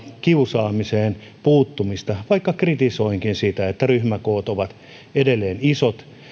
kiusaamiseen puuttumisesta vaikka kritisoinkin sitä että ryhmäkoot ovat edelleen isot